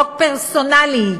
חוק פרסונלי,